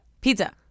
Pizza